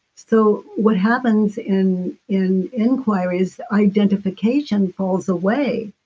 so what happens in in inquiries, identification falls away,